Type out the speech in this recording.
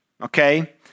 okay